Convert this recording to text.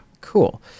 cool